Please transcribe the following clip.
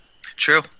True